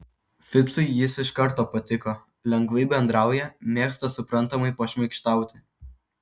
ficui jis iš karto patiko lengvai bendrauja mėgsta suprantamai pašmaikštauti